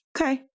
okay